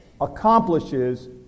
accomplishes